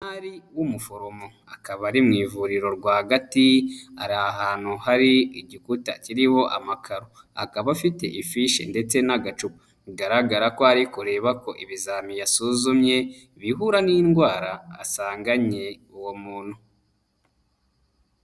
Umuforomo akaba ari mu ivuriro rwagati ari ahantu hari igikuta kiriho amakaro, akaba afite ifishi ndetse n'agacupa bigaragara ko ari kureba ko ibizamini asuzumye bihura n'indwara asanganye uwo muntu.